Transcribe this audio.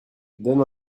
donne